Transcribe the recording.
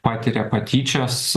patiria patyčias